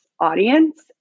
audience